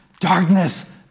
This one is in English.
darkness